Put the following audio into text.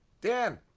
Dan